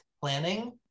planning